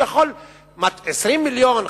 20 מיליון,